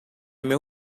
meu